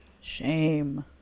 Shame